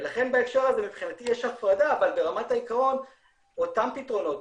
ולכן בהקשר הזה מבחינתי יש הפרדה אבל ברמת העקרון אותם פתרונות,